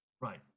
Right